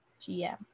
GM